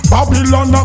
Babylon